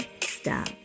stop